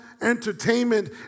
entertainment